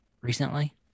recently